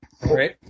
Great